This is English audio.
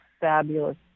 fabulous